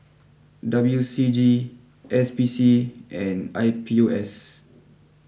W C G S P C and I P O S